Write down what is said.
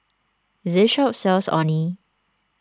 this shop sells Orh Nee